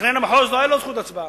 ולמתכנן המחוז לא היתה זכות הצבעה.